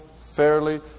fairly